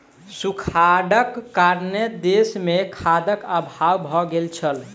सूखाड़क कारणेँ देस मे खाद्यक अभाव भ गेल छल